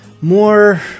more